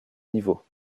niveau